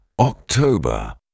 October